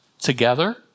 together